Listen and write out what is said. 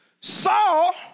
Saul